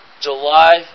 July